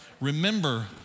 Remember